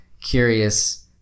curious